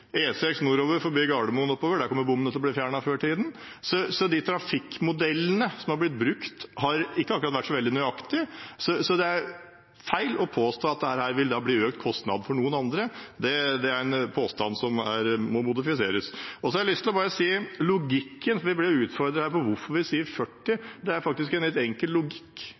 Gardermoen og oppover kommer bommene til å bli fjernet før tiden. Trafikkmodellene som har blitt brukt, har ikke akkurat vært så veldig nøyaktige, så det er feil å påstå at det vil bli økt kostnad for noen andre. Det er en påstand som må modifiseres. Jeg har lyst til å si at logikken som vi blir utfordret på her, hvorfor vi sier 40, faktisk er